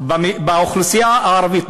באוכלוסייה הערבית,